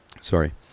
sorry